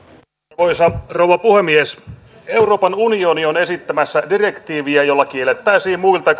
arvoisa rouva puhemies euroopan unioni on esittämässä direktiiviä jolla kiellettäisiin muilta